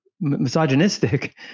misogynistic